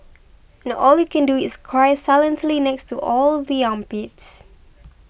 and all you can do is cry silently next to all the armpits